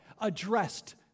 addressed